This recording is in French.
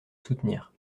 soutenir